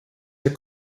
der